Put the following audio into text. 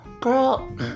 girl